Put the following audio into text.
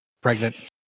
Pregnant